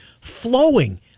flowing